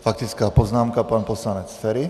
Faktická poznámka pan poslanec Feri.